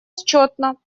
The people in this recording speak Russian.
счетно